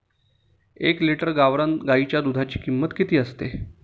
एक लिटर गावरान गाईच्या दुधाची किंमत किती असते?